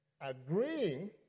Agreeing